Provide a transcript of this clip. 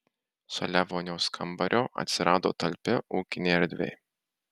šalia vonios kambario atsirado talpi ūkinė erdvė